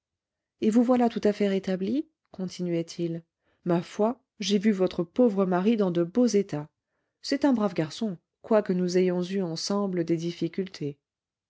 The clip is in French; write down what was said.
et vous voilà tout à fait rétablie continuait il ma foi j'ai vu votre pauvre mari dans de beaux états c'est un brave garçon quoique nous ayons eu ensemble des difficultés